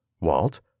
Walt